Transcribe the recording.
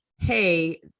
hey